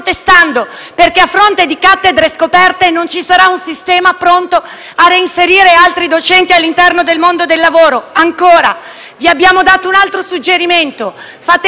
protestando, perché, a fronte di cattedre scoperte, non ci sarà un sistema pronto a reinserire altri docenti all'interno del mondo del lavoro. Ancora, vi abbiamo dato un altro suggerimento: fate in